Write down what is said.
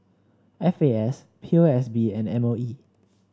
F A S P O S B and M O E